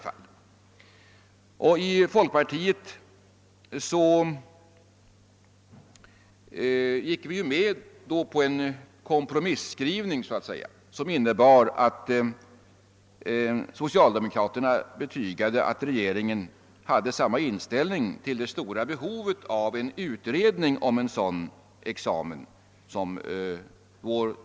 Folkpartiet gick med på en kompromisskrivning som innebar att socialdemokraterna betygade att regeringen hade samma inställning som vi motionärer beträffande det stora behovet av en utredning om en sådan examen.